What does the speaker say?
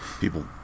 people